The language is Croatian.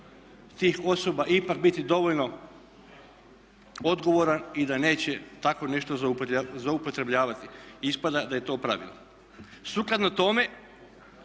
tih osoba ipak biti dovoljno odgovoran i da neće takvo nešto zloupotrebljavati, ispada da je to pravilo. Sukladno tome,